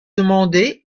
demandé